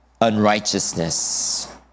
unrighteousness